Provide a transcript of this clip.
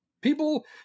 people